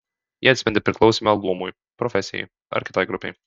jie atspindi priklausymą luomui profesijai ar kitai grupei